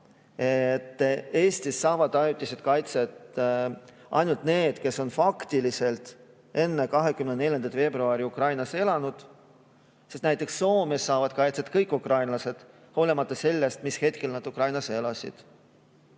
sest Eestis saavad ajutist kaitset ainult need, kes on faktiliselt enne 24. veebruari Ukrainas elanud, aga näiteks Soomes saavad kaitset kõik ukrainlased, olenemata sellest, mis hetkel nad Ukrainas elasid.